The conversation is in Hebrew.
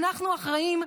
אנחנו אחראים,